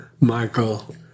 Michael